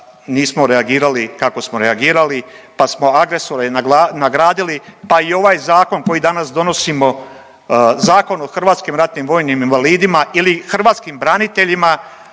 nismo reagirali kako smo reagirali, pa smo agresore nagradili, pa i ovaj zakon koji danas donosimo, Zakon o HRVI ili hrvatskim braniteljima,